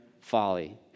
folly